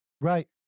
Right